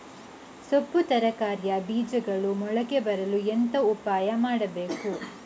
ಸೊಪ್ಪು ತರಕಾರಿಯ ಬೀಜಗಳು ಮೊಳಕೆ ಬರಲು ಎಂತ ಉಪಾಯ ಮಾಡಬೇಕು?